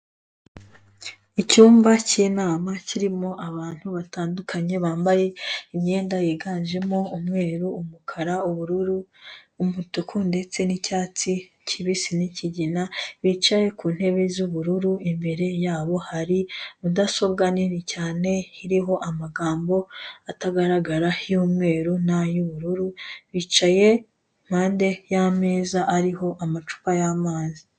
Icyumba k'inama kirimo abantu batandukanye bambaye imyenda yiganjemo umweru, umukara, ubururu, umutuku ndetse n'icyatsi kibisi n'ikigina, bicaye ku ntebe z'ubururu imbere yabo hari mudasobwa nini cyane iriho amagambo atagaragara y'umweru n'ay'ubururu, bicaye impande y'ameza ariho amacupa y'amazi.